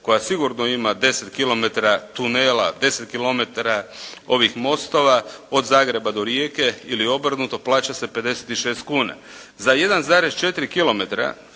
koja sigurno ima 10 km tunela, 10 km ovih mostova od Zagreba do Rijeke ili obrnuto, plaća se 56 kuna. Za 1,4 km